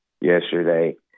yesterday